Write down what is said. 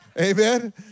Amen